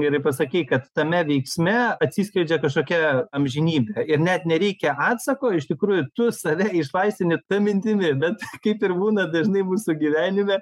gerai pasakei kad tame veiksme atsiskleidžia kažkokia amžinybė ir net nereikia atsako iš tikrųjų tu save išlaisvini ta mintimi bet kaip ir būna dažnai mūsų gyvenime